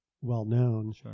well-known